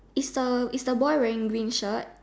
is the is the boy wearing green shirt